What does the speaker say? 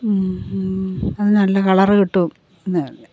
അത് നല്ല കളർ കിട്ടും